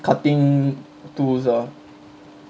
cutting tools ah